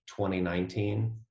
2019